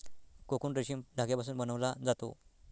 cocoon रेशीम धाग्यापासून बनवला जातो